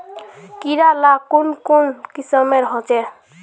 कीड़ा ला कुन कुन किस्मेर होचए?